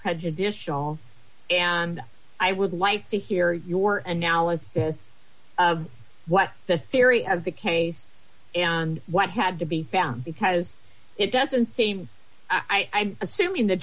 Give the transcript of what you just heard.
prejudicial and i would like to hear your analysis of what the theory of the case and what had to be found because it doesn't seem i am assuming the